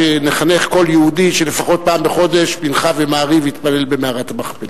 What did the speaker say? שנחנך כל יהודי שלפחות פעם בחודש יתפלל מנחה ומעריב במערת המכפלה.